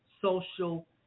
social